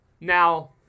Now